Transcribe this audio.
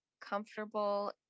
comfortable